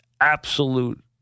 absolute